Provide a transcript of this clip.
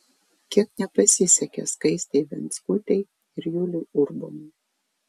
kiek nepasisekė skaistei venckutei ir juliui urbonui